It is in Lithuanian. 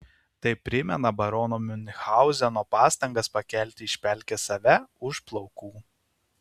tai primena barono miunchauzeno pastangas pakelti iš pelkės save už plaukų